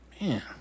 man